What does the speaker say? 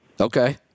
Okay